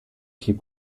keep